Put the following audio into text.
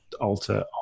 alter